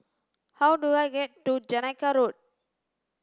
how do I get to Jamaica Road